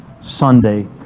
Sunday